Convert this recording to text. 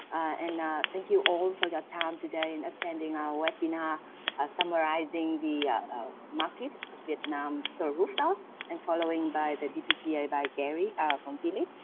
and thank you all for your time today and attending our webinar summarizing the market of vietnam solar so rooftop and following by the dppa by gary ah from v-leep.